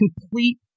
complete